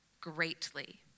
greatly